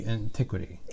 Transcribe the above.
antiquity